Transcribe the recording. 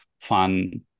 fun